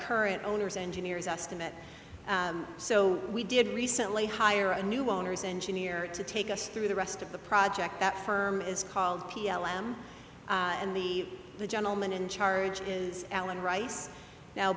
current owners engineers estimate so we did recently hire a new owners engineer to take us through the rest of the project that firm is called p l m and the gentleman in charge is alan reiss now